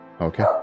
Okay